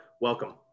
welcome